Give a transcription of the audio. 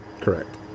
Correct